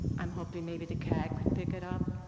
i'm hoping maybe the cag could pick it up,